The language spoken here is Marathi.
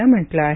नं म्हटलं आहे